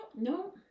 No